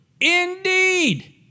indeed